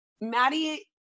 Maddie